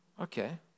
Okay